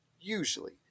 usually